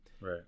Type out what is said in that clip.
right